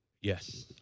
Yes